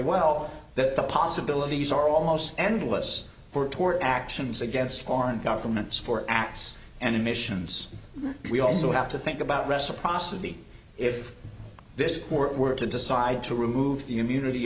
well that the possibilities are almost endless tort actions against foreign governments for acts and emissions we also have to think about reciprocity if this court were to decide to remove the immunity